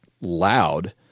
loud